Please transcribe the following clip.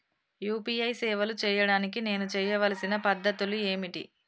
UPI సేవలు చేయడానికి నేను చేయవలసిన పద్ధతులు ఏమిటి?